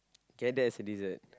okay that as a dessert